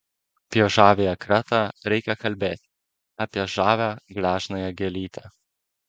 apie žaviąją kretą reikia kalbėti apie žavią gležnąją gėlytę